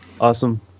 Awesome